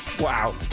Wow